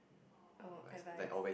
I will advice